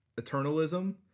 eternalism